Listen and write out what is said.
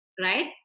right